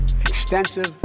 extensive